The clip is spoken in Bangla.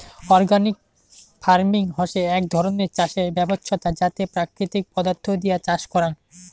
অর্গানিক ফার্মিং হসে এক ধরণের চাষের ব্যবছস্থা যাতে প্রাকৃতিক পদার্থ দিয়া চাষ করাং